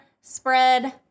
spread